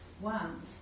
one